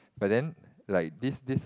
but then like this this